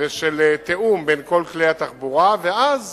ושל תיאום בין כל כלי התחבורה, ואז